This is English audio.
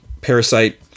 Parasite